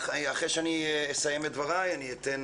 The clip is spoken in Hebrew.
אחרי שאני אסיים את דבריי אני אתן